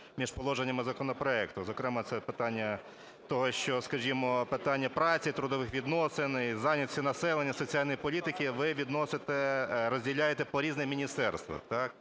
між положеннями законопроекту. Зокрема, це питання того, що, скажімо, питання праці, трудових відносин, зайнятості населення і соціальної політики ви відносите, розділяєте по різним міністерствам,